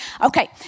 Okay